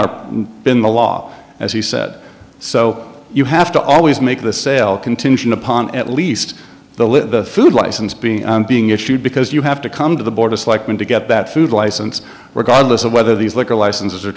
our been the law as he said so you have to always make the sale contingent upon at least the live food license being being issued because you have to come to the board of selectmen to get that food license regardless of whether these liquor licenses